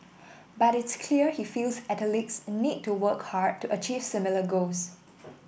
but it's clear he feels athletes need to work hard to achieve similar goals